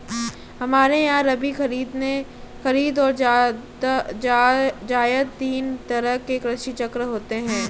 हमारे यहां रबी, खरीद और जायद तीन तरह के कृषि चक्र होते हैं